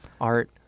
art